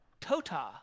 tota